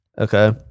okay